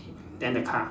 then the car